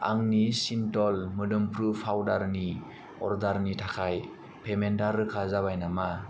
आंनि सिन्थ'ल मोदोम्फ्रु पाउदारनि अर्डारनि थाखाय पेमेन्टआ रोखा जाबाय नामा